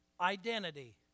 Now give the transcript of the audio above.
identity